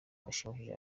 bashimishije